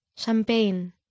Champagne